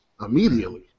immediately